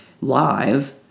live